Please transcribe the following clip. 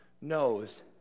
knows